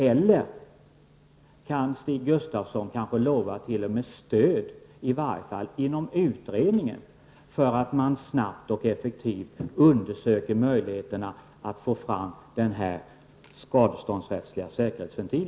Eller kan Stig Gustafsson kanske t.o.m. lova stöd, i varje fall inom utredningen, för en snabb och effektiv undersökning av möjligheten att få fram denna skadeståndsrättsliga säkerhetsventil?